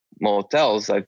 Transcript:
motels